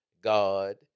God